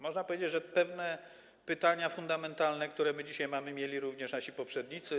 Można powiedzieć, że pewne pytania fundamentalne, które my dzisiaj mamy, mieli również nasi poprzednicy.